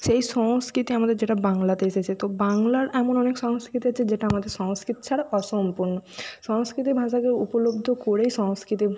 সেই সংস্কৃতি আমাদের যেটা বাংলাতে এসেছে তো বাংলার এমন অনেক সংস্কৃতি আছে যেটা আমাদের সংস্কৃত ছাড়া অসম্পূর্ণ সংস্কৃতি ভাষাকে উপলব্ধ করে সংস্কৃতি